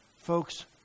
Folks